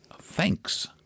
Thanks